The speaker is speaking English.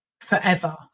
forever